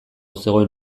zegoen